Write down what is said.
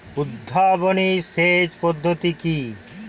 উদ্ভাবনী সেচ পদ্ধতি কি?